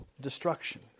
destruction